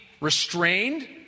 restrained